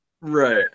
Right